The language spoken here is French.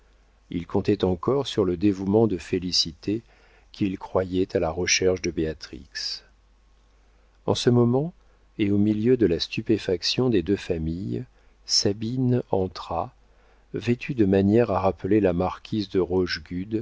il comptait encore sur le dévouement de félicité qu'il croyait à la recherche de béatrix en ce moment et au milieu de la stupéfaction des deux familles sabine entra vêtue de manière à rappeler la marquise de